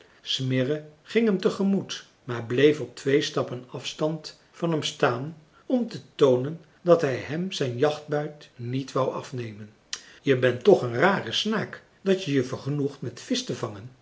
hem te gemoet maar bleef op twee stappen afstand van hem staan om te toonen dat hij hem zijn jachtbuit niet wou afnemen je bent toch een rare snaak dat je je vergenoegt met visch te vangen